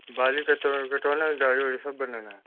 बाल ही कटवाना है कि दाढ़ी उढ़ी सब बनाना है